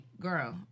girl